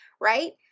right